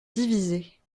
divisés